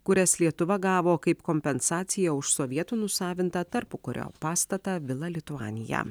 kurias lietuva gavo kaip kompensaciją už sovietų nusavintą tarpukario pastatą vila lituanija